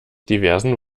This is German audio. diversen